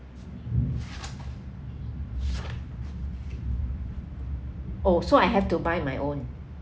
oh so I have to buy my own